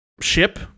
ship